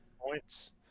points